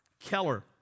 Keller